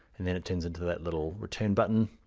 and then it turns into that little return button,